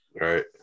Right